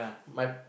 my